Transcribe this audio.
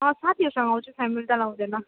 अँ साथीहरूसँग आउँछु फ्यामिली त ल्याउँदिनँ